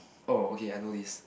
oh okay I know this